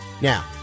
Now